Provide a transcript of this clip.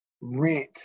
rent